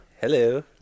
Hello